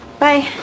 bye